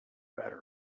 better